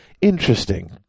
Interesting